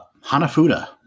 hanafuda